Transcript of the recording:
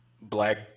black